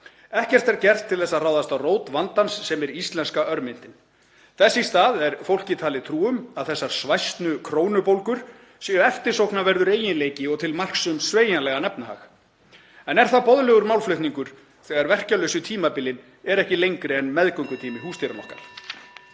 Ekkert er gert til að ráðast að rót vandans sem er íslenska örmyntin. Þess í stað er fólki talin trú um að þessar svæsnu krónubólgur séu eftirsóknarverður eiginleiki og til marks um sveigjanlegan efnahag. En er það boðlegur málflutningur þegar verkjalausu tímabilin eru ekki lengri en meðgöngutími húsdýranna okkar?